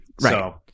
Right